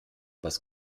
was